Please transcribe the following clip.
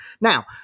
Now